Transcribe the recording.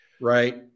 right